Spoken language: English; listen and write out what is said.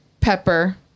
Pepper